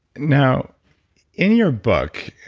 now in your book,